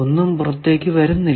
ഒന്നും പുറത്തേക്കു വരുന്നില്ല